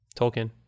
Tolkien